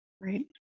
Right